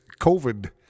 COVID